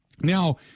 now